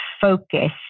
focus